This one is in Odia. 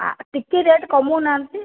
ଟିକେ ରେଟ୍ କମଉ ନାହାନ୍ତି